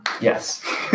Yes